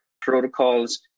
protocols